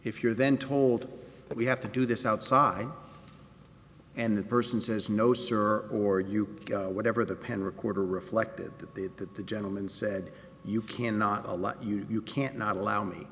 if you're then told that we have to do this outside and the person says no sir or you whatever the pen recorder reflected that the that the gentleman said you cannot a lot you cannot allow me